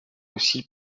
aussi